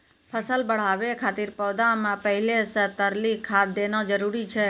फसल बढ़ाबै खातिर पौधा मे पहिले से तरली खाद देना जरूरी छै?